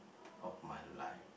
of my life